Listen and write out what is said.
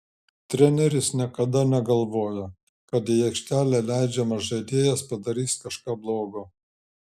treneris niekada negalvoja kad į aikštelę leidžiamas žaidėjas padarys kažką blogo